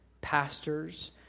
pastors